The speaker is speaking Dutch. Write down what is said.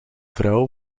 vrouw